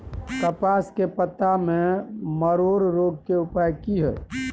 कपास के पत्ता में मरोड़ रोग के उपाय की हय?